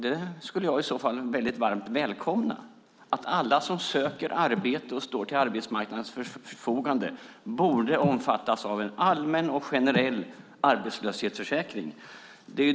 Det skulle jag i så fall välkomna väldigt varmt. Alla som söker arbete och står till arbetsmarknadens förfogande borde omfattas av en allmän och generell arbetslöshetsförsäkring.